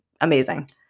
Amazing